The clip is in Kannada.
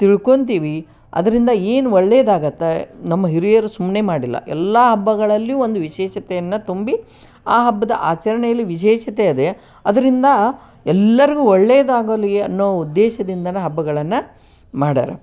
ತಿಳ್ಕೊತೀವಿ ಅದರಿಂದ ಏನು ಒಳ್ಳೆದಾಗುತ್ತೆ ನಮ್ಮ ಹಿರಿಯರು ಸುಮ್ಮನೆ ಮಾಡಿಲ್ಲ ಎಲ್ಲ ಹಬ್ಬಗಳಲ್ಲಿಯೂ ಒಂದು ವಿಶೇಷತೆಯನ್ನು ತುಂಬಿ ಆ ಹಬ್ಬದ ಆಚರಣೆಯಲ್ಲಿ ವಿಶೇಷತೆ ಇದೆ ಅದರಿಂದಾ ಎಲ್ಲರಿಗೂ ಒಳ್ಳೆದಾಗಲಿ ಅನ್ನೋ ಉದ್ದೇಶದಿಂದ ಹಬ್ಬಗಳನ್ನು ಮಾಡಿದಾರೆ